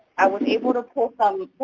i was able to pull some